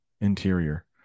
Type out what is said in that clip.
Interior